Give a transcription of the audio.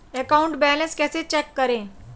Account balance कैसे check करें?